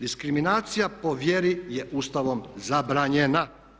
Diskriminacija po vjeri je Ustavom zabranjena.